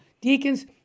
deacons